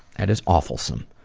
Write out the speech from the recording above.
that is awfulsome.